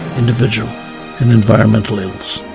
individual and environmental illness.